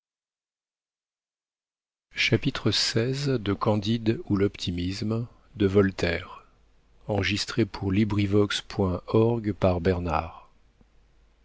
de candide à m de voltaire